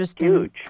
Huge